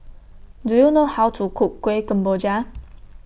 Do YOU know How to Cook Kuih Kemboja